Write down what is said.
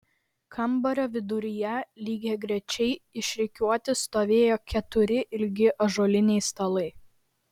kambario viduryje lygiagrečiai išrikiuoti stovėjo keturi ilgi ąžuoliniai stalai